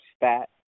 fat